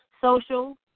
social